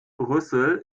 brüssel